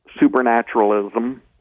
supernaturalism